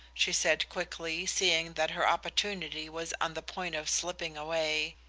she said quickly, seeing that her opportunity was on the point of slipping away.